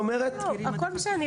הכול בסדר.